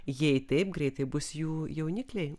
jei taip greitai bus jų jaunikliai